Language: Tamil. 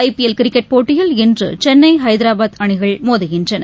ஐபிஎல் கிரிக்கெட் போட்டியில் இன்று சென்னை ஹைதராபாத் அணிகள் மோதுகின்றன